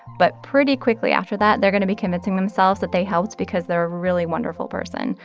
but pretty quickly after that, they're going to be committing themselves that they helped because they're a really wonderful person.